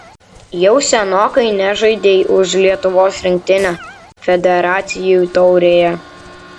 jau senokai nežaidei už lietuvos rinktinę federacijų taurėje